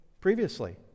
previously